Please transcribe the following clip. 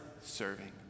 serving